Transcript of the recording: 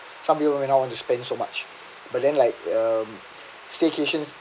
some people when I want to spend so much but then like um staycation